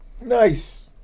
Nice